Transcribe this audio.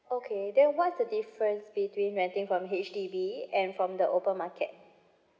okay then what's the difference between renting from H_D_B and from the open market